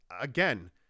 again